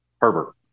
Herbert